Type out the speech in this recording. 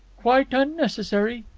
quite unnecessary.